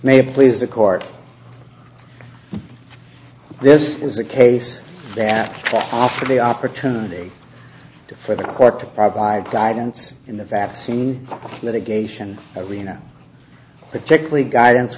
may please the court this is a case that offer the opportunity for the court to provide guidance in the vaccine litigation arena particularly guidance